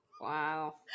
wow